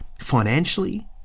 financially